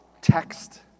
text